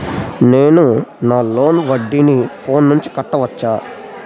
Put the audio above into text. నేను నా లోన్ వడ్డీని ఫోన్ నుంచి కట్టవచ్చా?